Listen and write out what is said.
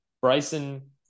Bryson